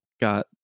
got